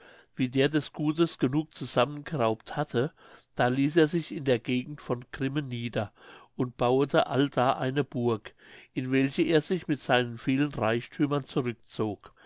wie der des gutes genug zusammengeraubt hatte da ließ er sich in der gegend von grimmen nieder und bauete allda eine burg in welche er sich mit seinen vielen reichthümern zurückzog